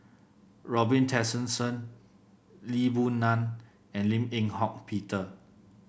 Robin Tessensohn Lee Boon Ngan and Lim Eng Hock Peter